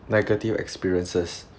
negative experiences